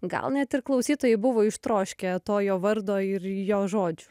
gal net ir klausytojai buvo ištroškę to jo vardo ir jo žodžių